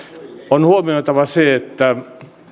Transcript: on huomioitava se että